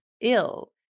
ill